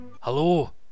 hello